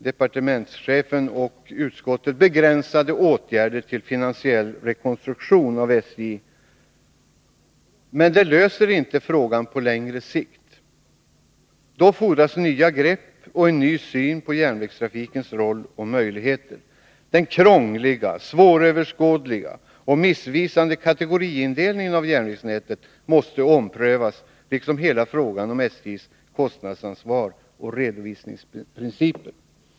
Departementschefen och utskottet föreslår nu begränsade åtgärder till finansiell rekonstruktion av SJ, men det löser inte frågan på längre sikt. Då fordras nya grepp och en ny syn på järnvägstrafikens roll och möjligheter. Den krångliga, svåröverskådliga och missvisande kategoriindelningen av järnvägsnätet måste omprövas liksom hela frågan om SJ:s kostnadsansvar och redovisningsprinciper.